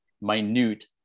minute